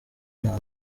nta